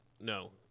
no